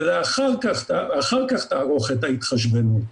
ואחר כך תערוך את ההתחשבנות.